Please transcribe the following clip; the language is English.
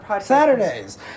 Saturdays